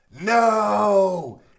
No